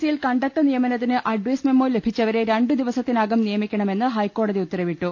C യിൽ conductor നിയമനത്തിന് advice memo ലഭിച്ചുവരെ രണ്ടുദിവസത്തിനകം നിയമിക്ക ണമെന്ന് ഹൈക്കോടതി ഉത്തരവിട്ടു